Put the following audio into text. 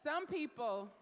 some people